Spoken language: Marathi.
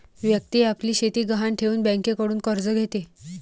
व्यक्ती आपली शेती गहाण ठेवून बँकेकडून कर्ज घेते